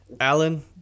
alan